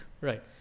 Right